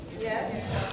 Yes